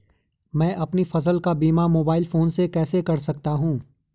मैं अपनी फसल का बीमा मोबाइल फोन से कैसे कर सकता हूँ?